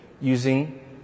using